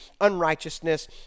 unrighteousness